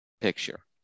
picture